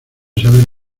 saber